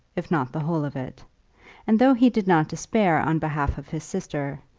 if not the whole of it and though he did not despair on behalf of his sister,